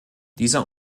dieser